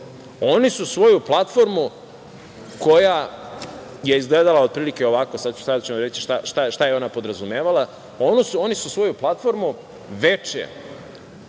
su svoju platformu koja je izgledala otprilike ovako, sada ću vam reći šta je ona podrazumevala, oni su svoju platformu veče